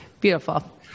Beautiful